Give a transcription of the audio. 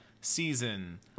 season